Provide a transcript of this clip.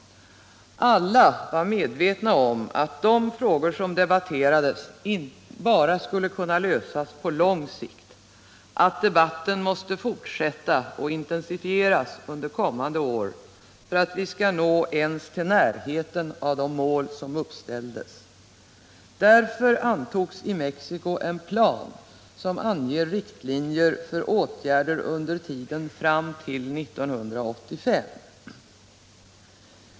Alla var medvetna om att de frågor som debatterades bara kunde lösas på lång sikt och att debatten måste fortsätta och intensifieras under kommande år för att vi skulle kunna nå ens till närheten av de mål som uppställdes. Därför antogs på Mexicokonferensen en plan, som anger riktlinjer för åtgärder under tiden fram till 1985.